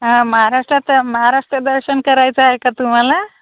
हा महाराष्ट्रात महाराष्ट्र दर्शन करायचं आहे का तुम्हाला